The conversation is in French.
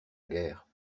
guerre